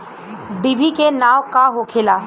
डिभी के नाव का होखेला?